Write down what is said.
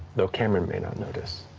though cameron may not notice,